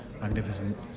magnificent